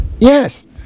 Yes